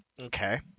Okay